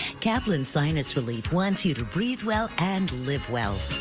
kaplan sinus really twenty two breathe. well and live well.